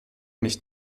nicht